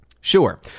Sure